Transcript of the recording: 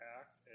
act